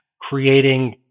creating